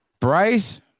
Bryce